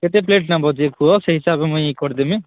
କେତେ ପ୍ଲେଟ୍ ନେବ ଯେ କୁହ ସେଇ ହିସାବେ ମୁଇଁ କରିଦେମି